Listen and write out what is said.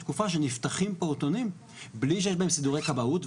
תקופה שנפתחים פעוטונים בלי שיש בהם סידורי כבאות.